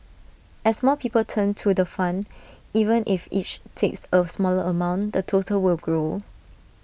as more people turn to the fund even if each takes A smaller amount the total will grow